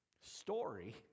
story